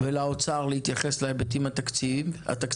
וניתן לאוצר להתייחס להיבטים התקציביים.